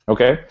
Okay